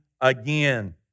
again